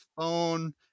phone